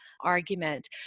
argument